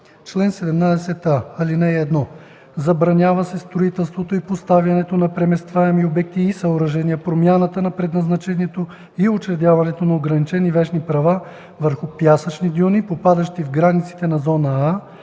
„Чл. 17а. (1) Забранява се строителството и поставянето на преместваеми обекти и съоръжения, промяната на предназначението и учредяването на ограничени вещни права върху пясъчните дюни, попадащи в границите на зона „А“,